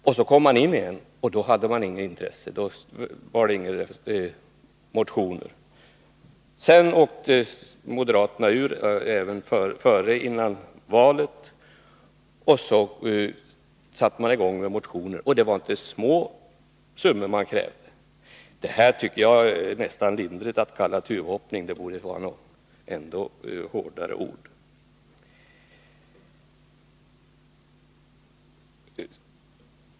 När de kom in i regeringen igen visade de åter inget intresse, och inga motioner väcktes. När moderaterna åkte ur regeringen före valet satte de i gång med att motionera, och det var inte små summor de då krävde. Det är nästan för lindrigt att kalla detta för tuvhoppning. Man borde använda något ännu hårdare ord.